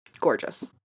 Gorgeous